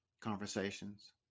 conversations